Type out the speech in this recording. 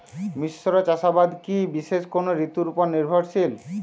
মিশ্র চাষাবাদ কি বিশেষ কোনো ঋতুর ওপর নির্ভরশীল?